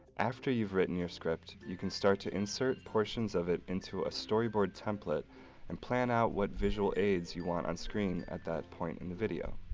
after you've written your script, you can start to insert portions of it into a storyboard template and plan out what visual aids you want on screen at that point in the video.